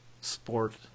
sport